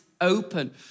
open